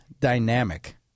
dynamic